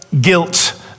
guilt